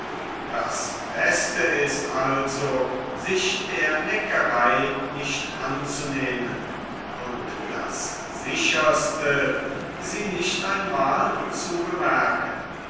das beste ist also sich der neckerei nicht anzunehmen und das sicherste sie nicht einmal zu bemerken